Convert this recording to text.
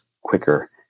quicker